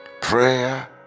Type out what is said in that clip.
prayer